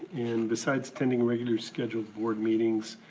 and besides attending regularly scheduled board meetings,